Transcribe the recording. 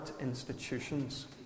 institutions